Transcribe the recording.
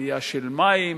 עלייה של מחירי המים,